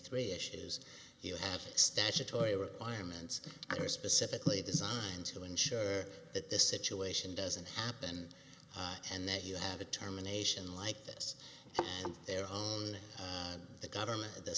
three issues you have statutory requirements that are specifically designed to ensure that this situation doesn't happen and that you have a terminations like this and they're home and the government the